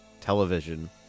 television